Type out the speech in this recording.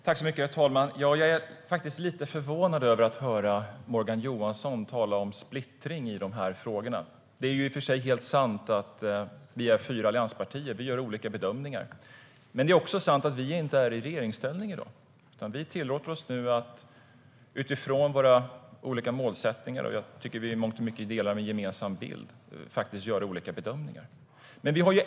Herr talman! Jag är faktiskt lite förvånad över att höra Morgan Johansson tala om splittring i de här frågorna. Det är i och för sig helt sant att vi är fyra allianspartier som gör olika bedömningar. Men det är också sant att vi inte är i regeringsställning i dag, utan vi tillåter oss nu att utifrån våra olika målsättningar, och jag tycker att vi i mångt och mycket delar en gemensam bild, göra olika bedömningar.